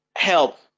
help